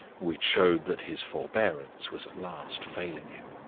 which showed that his forbearance was at last failing him.